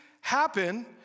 happen